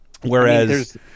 whereas